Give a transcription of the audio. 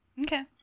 Okay